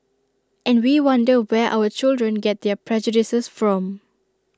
and we wonder where our children get their prejudices from